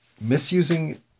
misusing